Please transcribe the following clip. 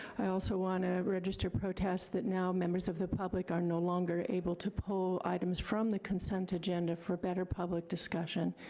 i also wanna register protest that now members of the public are no longer able to pull items from the consent agenda for better public discussion.